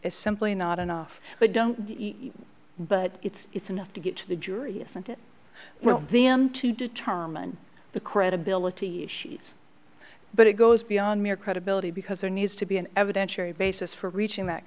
is simply not enough but don't but it's it's enough to get to the jury isn't it well then to determine the credibility issues but it goes beyond mere credibility because there needs to be an evidentiary basis for reaching that